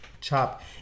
Chop